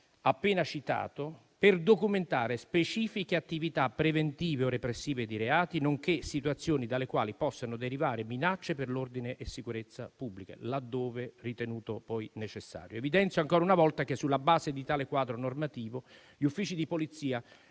appena citato per documentare specifiche attività preventive o repressive di reati, nonché situazioni dalle quali possano derivare minacce per l'ordine e la sicurezza pubblica, laddove ritenuto poi necessario. Evidenzio ancora una volta che, sulla base di tale quadro normativo, gli uffici di Polizia